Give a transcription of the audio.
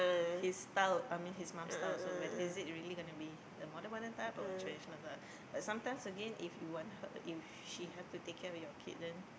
his style I mean his mum style so whether is it really going to be the modern mother type or tradition mother but sometimes again if you want her if she have to take care of your kids then